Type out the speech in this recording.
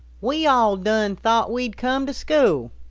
we all done thought we'd come to school,